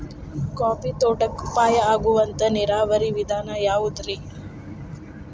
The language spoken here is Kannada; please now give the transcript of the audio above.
ಕಾಫಿ ತೋಟಕ್ಕ ಉಪಾಯ ಆಗುವಂತ ನೇರಾವರಿ ವಿಧಾನ ಯಾವುದ್ರೇ?